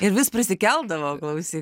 ir vis prisikeldavo klausyk